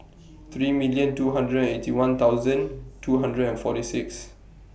three million two hundred Eighty One thousand two hundred and forty six